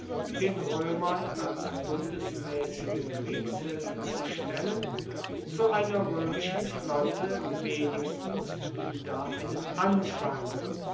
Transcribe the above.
den roemern als bundesmaessige kriegshilfe zu stellen zu einer roemischen flotte wenigstens wieder einen anfang